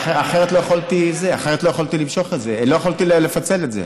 אחרת לא יכולתי לפצל את זה.